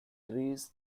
trees